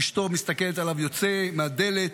אשתו מסתכלת עליו יוצא מהדלת